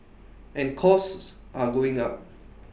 and costs are going up